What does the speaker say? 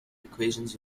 equations